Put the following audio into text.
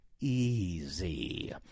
easy